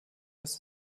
dass